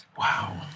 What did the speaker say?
Wow